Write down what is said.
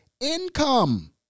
income